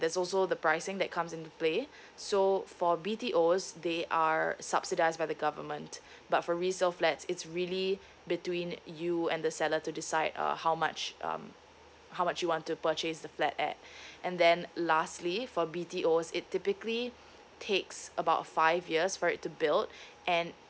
there's also the pricing that comes into play so for B_T_O's they are subsidised by the government but for resale flats it's really between you and the seller to decide uh how much um how much you want to purchase the flat at and then lastly for B_T_O's it typically takes about five years for it to build and